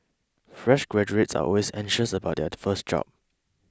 fresh graduates are always anxious about their first job